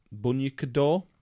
Bunyakador